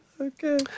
Okay